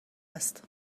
است